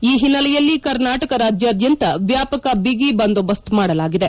ಈ ಹಿನ್ನೆಲೆಯಲ್ಲಿ ಕರ್ನಾಟಕ ರಾಜ್ಯಾದ್ಯಂತ ವ್ಲಾಪಕ ಬಿಗಿಬಂದೋಬಸ್ತ್ ಮಾಡಲಾಗಿದೆ